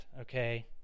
okay